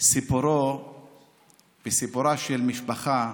סיפורה של משפחה,